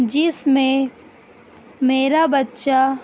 جس میں میرا بچہ